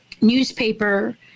newspaper